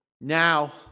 Now